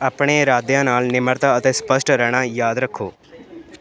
ਆਪਣੇ ਇਰਾਦਿਆਂ ਨਾਲ ਨਿਮਰਤਾ ਅਤੇ ਸਪੱਸ਼ਟ ਰਹਿਣਾ ਯਾਦ ਰੱਖੋ